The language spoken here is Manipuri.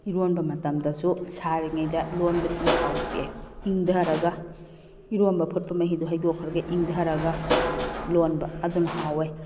ꯏꯔꯣꯟꯕ ꯃꯇꯝꯗꯁꯨ ꯁꯥꯔꯤꯉꯩꯗ ꯂꯣꯟꯕꯗꯤ ꯍꯥꯎꯇꯦ ꯏꯪꯊꯔꯒ ꯏꯔꯣꯝꯕ ꯐꯨꯠꯄ ꯃꯍꯤꯗꯣ ꯍꯩꯗꯣꯛꯈ꯭ꯔꯒ ꯏꯪꯊꯔꯒ ꯂꯣꯟꯕ ꯑꯗꯨꯝ ꯍꯥꯎꯋꯦ